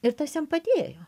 ir tas jam padėjo